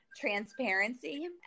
transparency